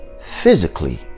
physically